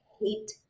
hate